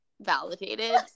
validated